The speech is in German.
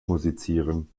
musizieren